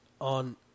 on